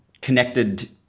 connected